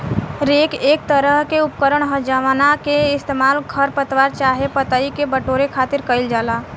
rake एक तरह के उपकरण ह जावना के इस्तेमाल खर पतवार चाहे पतई के बटोरे खातिर कईल जाला